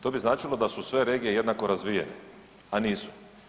To bi značilo da su sve regije jednako razvijene, a nisu.